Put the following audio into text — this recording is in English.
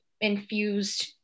infused